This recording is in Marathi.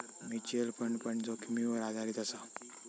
म्युचल फंड पण जोखीमीवर आधारीत असा